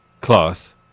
class